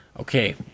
Okay